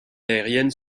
aériennes